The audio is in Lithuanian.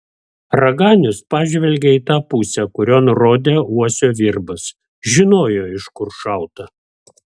raganius pažvelgė į tą pusę kurion rodė uosio virbas žinojo iš kur šauta